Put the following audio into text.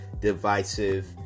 divisive